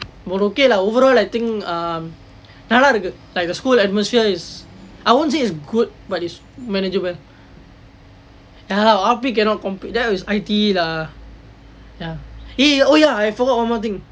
but okay lah overall I think um ya lah like the school atmosphere is I won't say is good but it's manageable ya lah R_P cannot compare that is I_T_E lah ya eh ya I forgot one more thing